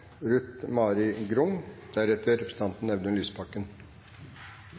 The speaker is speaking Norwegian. Ruth Mari Grung